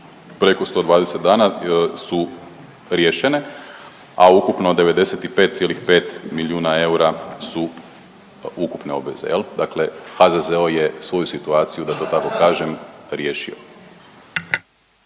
preko 120 dana su riješene, a ukupno 95,5 milijuna eura su ukupne obveze jel, dakle HZZO je svoju situaciju da to tako kažem riješio.